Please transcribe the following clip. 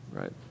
right